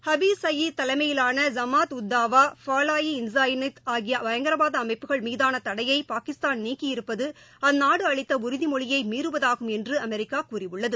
ஹபீஸ் சயீத் தலைமையிலான ஜமாத் உத் தாவா ஃபாலாயி இன்சானியத் ஆகிய பயங்கரவாத அமைப்புகள் மீதான தடையை பாகிஸ்தான் நீக்கியிருப்பது அந்நாடு அளித்த உறுதிமொழியை மீறுவதாகும் என்று அமெரிக்கா கூறியுள்ளது